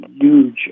Huge